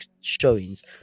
showings